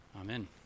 Amen